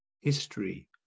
history